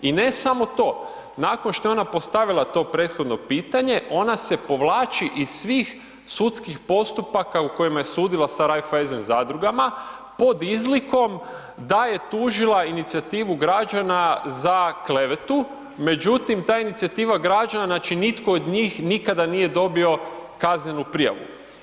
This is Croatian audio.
I ne samo to, nakon što je ona postavila to prethodno pitanje ona se povlači iz svih sudskih postupaka u kojima je sudila sa Raiffeisen zadrugama pod izlikom da je tužila inicijativu građana za klevetu, međutim ta inicijativa građana znači nitko od njih nikada nije dobio kaznenu prijavu.